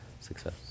success